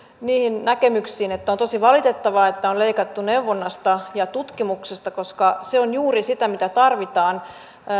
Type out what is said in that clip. niihin näkemyksiin että on tosi valitettavaa että on leikattu neuvonnasta ja tutkimuksesta koska se on juuri sitä mitä tarvitaan